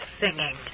singing